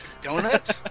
Donuts